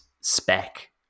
spec